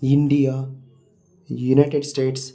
India United States